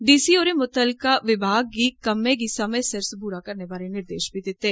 D C होरें मुतलका विभाग गी कम्में गी समय सिर सबूरा करने बारै बी निर्देश दिते